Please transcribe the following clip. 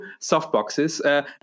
softboxes